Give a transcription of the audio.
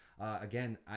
Again